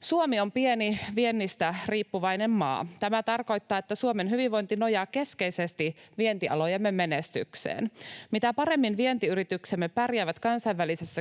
Suomi on pieni, viennistä riippuvainen maa. Tämä tarkoittaa, että Suomen hyvinvointi nojaa keskeisesti vientialojemme menestykseen. Mitä paremmin vientiyrityksemme pärjäävät kansainvälisessä kilpailussa,